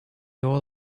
all